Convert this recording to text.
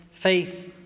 Faith